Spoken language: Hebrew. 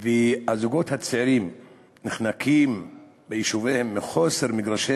והזוגות הצעירים נחנקים ביישוביהם מחוסר מגרשי